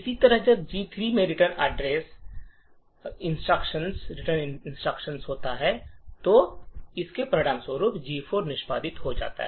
इसी तरह जब G3 में रिटर्न इंस्ट्रक्शन होता है तो इसके परिणामस्वरूप G4 निष्पादित हो जाता है